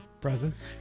presents